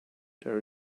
there